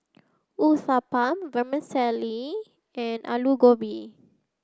Uthapam Vermicelli and Alu Gobi